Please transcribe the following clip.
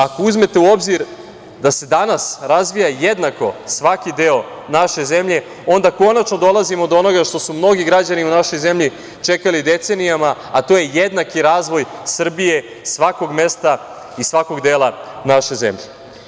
Ako uzmete u obzir da se danas razvija jednako svaki deo naše zemlje, onda konačno dolazimo do onoga što su mnogi građani u našoj zemlji čekali decenijama, a to je jednaki razvoj Srbije, svakog mesta i svakog dela naše zemlje.